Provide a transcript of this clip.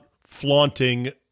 flaunting